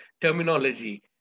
terminology